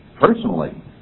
personally